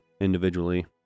individually